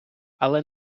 але